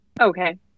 okay